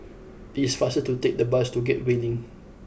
it is faster to take the bus to Gateway Link